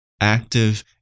Active